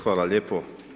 Hvala lijepo.